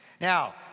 Now